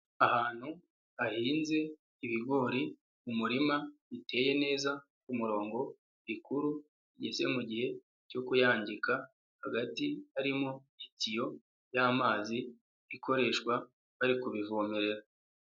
Ahantu hahinze ibigori mu umurima biteye neza kumurongo, bikuru bigeze mugihe cyo kuyangika hagati harimo itiyo y'amazi ikoreshwa bari kubivomerera.